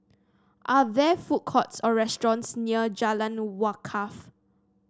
are there food courts or restaurants near Jalan Wakaff